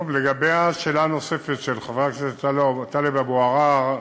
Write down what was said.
לגבי השאלה הנוספת של חבר הכנסת טלב אבו עראר,